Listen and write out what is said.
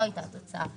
זו הייתה התוצאה.